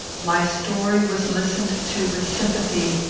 my story was listened to with sympathy,